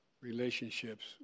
relationships